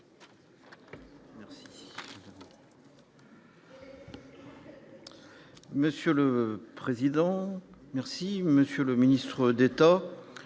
merci.